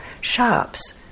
shops